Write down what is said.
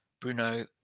Bruno